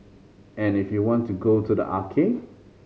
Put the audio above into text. and if you want to go to the arcade